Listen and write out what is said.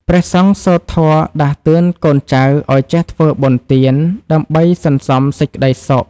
ព្រះសង្ឃសូត្រធម៌ដាស់តឿនកូនចៅឱ្យចេះធ្វើបុណ្យទាន ដើម្បីសន្សំសេចក្ដីសុខ។